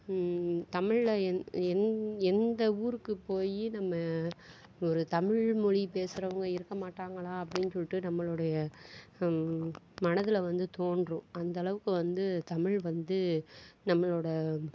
தமிழில் எந்த ஊருக்கு போய் நம்ம ஒரு தமிழ் மொழி பேசுகிறவங்க இருக்கமாட்டாங்களா அப்படினு சொல்லிவிட்டு நம்மளுடைய மனதில் வந்து தோன்றும் அந்த அளவுக்கு வந்து தமிழ் வந்து நம்மளோட